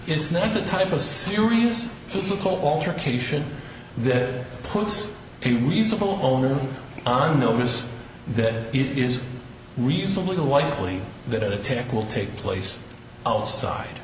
it's not the type of serious physical altercation that puts the reasonable owner on notice that it is reasonably likely that attack will take place outside